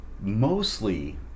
mostly